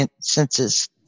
senses